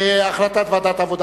החלטת ועדת העבודה,